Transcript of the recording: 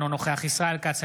אינו נוכח ישראל כץ,